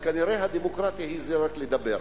אז כנראה הדמוקרטיה זה רק לדבר.